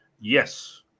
Yes